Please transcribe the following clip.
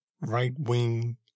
right-wing